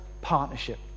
partnership